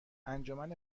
انجمن